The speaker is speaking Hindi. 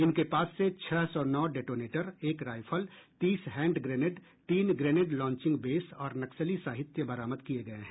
इनके पास से छह सौ नौ डेटोनेटर एक रायफल तीस हैंड ग्रेनेड तीन ग्रेनेड लांचिंग बेस और नक्सली साहित्य बरामद किये गये हैं